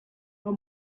how